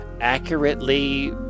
accurately